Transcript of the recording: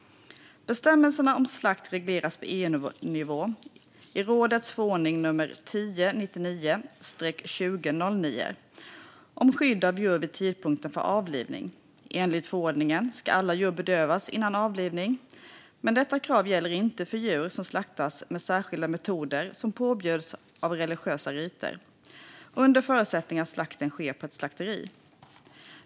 Bestämmelserna om slakt regleras på EU-nivå i rådets förordning nr 1099/2009 om skydd av djur vid tidpunkten för avlivning. Enligt förordningen ska alla djur bedövas innan avlivning, men detta krav gäller inte för djur som slaktas med särskilda metoder som påbjuds av religiösa riter, under förutsättning att slakten sker på ett slakteri.